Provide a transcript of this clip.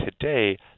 today